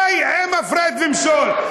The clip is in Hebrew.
די עם הפרד ומשול.